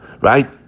right